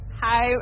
Hi